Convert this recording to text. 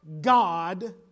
God